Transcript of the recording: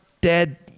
dead